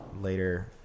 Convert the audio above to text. later